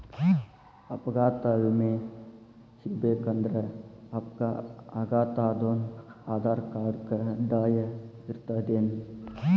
ಅಪಘಾತ್ ವಿಮೆ ಸಿಗ್ಬೇಕಂದ್ರ ಅಪ್ಘಾತಾದೊನ್ ಆಧಾರ್ರ್ಕಾರ್ಡ್ ಕಡ್ಡಾಯಿರ್ತದೇನ್?